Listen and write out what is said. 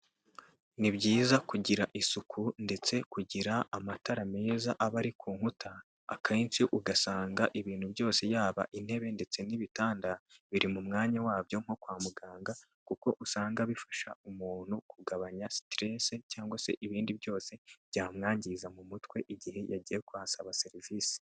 Ni byiza kugira isuku ndetse kugira amatara meza aba ari ku nkuta akenshi ugasanga ibintu byose yaba intebe ndetse n'ibitanda biri mu mwanya wabyo nko kwa muganga kuko usanga bifasha umuntu kugabanya stress cyangwa se ibindi byose byamwangiza mu mutwe igihe yagiye ku hasaba serivisi